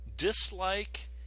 dislike